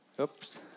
oops